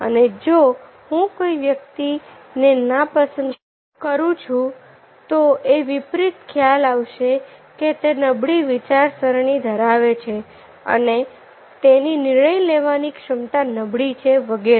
અને જો હું કોઈ વ્યક્તિને ના પસંદ કરું છું તો એ વિપરિત ખ્યાલ આવશે કે તે નબડી વિચારસરણી ધરાવે છે અને તેની નિર્ણય લેવાની ક્ષમતા નબળી છે વગેરે